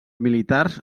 militars